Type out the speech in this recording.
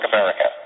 America